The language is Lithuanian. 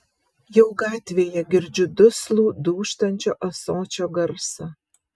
jau gatvėje girdžiu duslų dūžtančio ąsočio garsą